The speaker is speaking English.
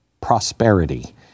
prosperity